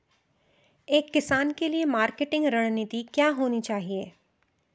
एक किसान के लिए मार्केटिंग रणनीति क्या होनी चाहिए?